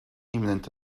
imminent